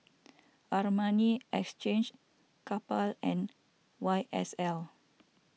Armani Exchange Kappa and Y S L